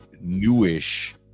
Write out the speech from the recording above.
newish